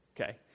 okay